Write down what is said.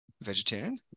vegetarian